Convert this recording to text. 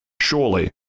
surely